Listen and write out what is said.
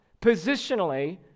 positionally